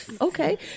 okay